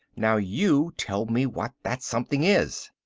now you tell me what that something is.